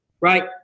Right